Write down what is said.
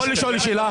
אני יכול לשאול שאלה?